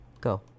Go